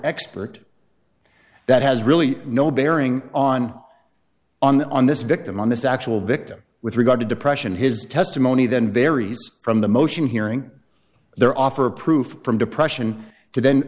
expert that has really no bearing on on this victim on this actual victim with regard to depression his testimony then varies from the motion hearing their offer of proof from depression to then